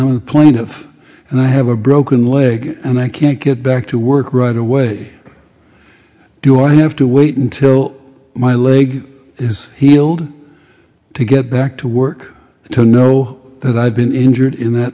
point of and i have a broken leg and i can't get back to work right away do i have to wait until my leg is healed to get back to work to know that i've been injured in that